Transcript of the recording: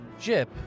Jip